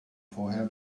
vorher